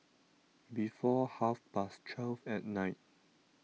before half past twelve at night